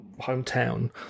hometown